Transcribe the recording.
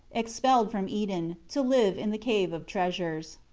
expelled from eden, to live in the cave of treasures.